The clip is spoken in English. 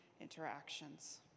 interactions